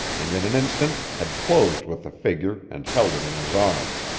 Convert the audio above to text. and in an instant had closed with the figure and held it in his arms.